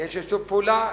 לשיתוף פעולה,